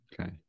Okay